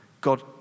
God